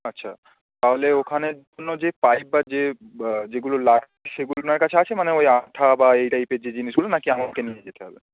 আচ্ছা তাহলে ওখানের জন্য যে পাইপ বা যে যেগুলো লাগছে সেগুলো আপনার কাছে আছে মানে ওই আঠা বা এই টাইপের যে জিনিসগুলো না কি আমাকে নিয়ে যেতে হবে